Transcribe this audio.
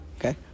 Okay